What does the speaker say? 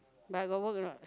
but I got work or not